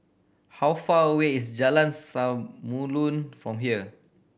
how far away is Jalan Samulun from here